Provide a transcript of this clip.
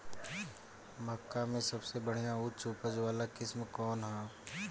मक्का में सबसे बढ़िया उच्च उपज वाला किस्म कौन ह?